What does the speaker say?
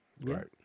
Right